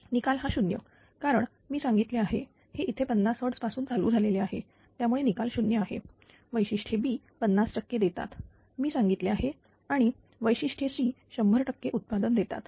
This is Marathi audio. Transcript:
निकाल हा 0 कारण मी सांगितले आहे हे इथे 50 Hz पासून चालू झालेले आहे त्यामुळे निकाल 0 आहे वैशिष्ट्ये B 50 टक्के देतात मी सांगितले आहे आणि वैशिष्ट्ये C 100 टक्के उत्पादन देतात